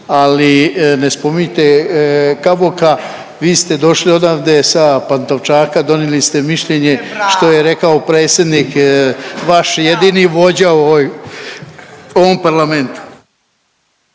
ali ne spominjite Kaboka, vi ste došli odande sa Pantovčaka, donijeli ste mišljenje što je rekao predsjednik, vaš jedini vođa u ovom parlamentu.